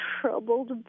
troubled